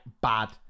bad